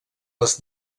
les